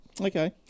Okay